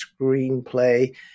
screenplay